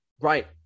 right